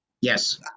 Yes